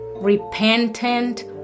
Repentant